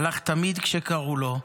הלך תמיד כשקראו לו,